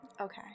Okay